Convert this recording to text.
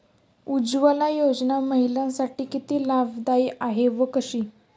उज्ज्वला योजना महिलांसाठी किती लाभदायी आहे व कशी?